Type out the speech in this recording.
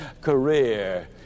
career